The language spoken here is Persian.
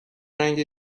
رنگ